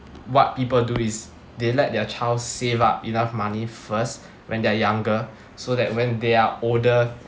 what people do is they let their child save up enough money first when they're younger so that when they are older